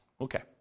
Okay